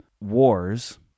wars